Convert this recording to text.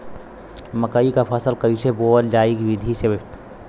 मकई क फसल कईसे बोवल जाई विधि से?